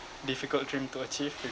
difficult dream to achieve